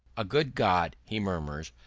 a good god, he murmurs,